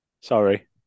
sorry